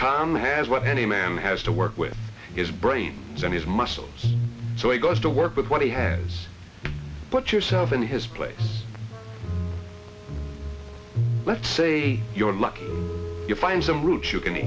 tom has what any man has to work with his brain and his muscles so he goes to work with what he has put yourself in his place let's say you're lucky you find some roots you